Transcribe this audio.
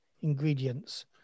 ingredients